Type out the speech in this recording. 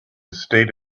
state